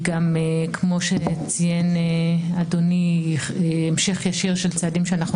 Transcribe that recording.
כמו שציין אדוני היא גם המשך ישיר של צעדים שאנחנו